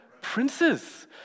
princes